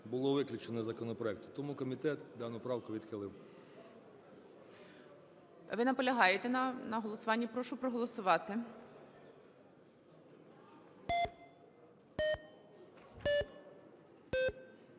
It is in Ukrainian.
було виключено із законопроекту. Тому комітет дану правку відхилив. ГОЛОВУЮЧИЙ. Ви наполягаєте на голосуванні? Прошу проголосувати.